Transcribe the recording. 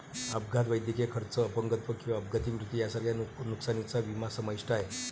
अपघात, वैद्यकीय खर्च, अपंगत्व किंवा अपघाती मृत्यू यांसारख्या नुकसानीचा विमा समाविष्ट आहे